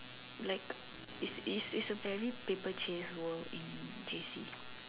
like it's it's it's a very paper chase world in J_C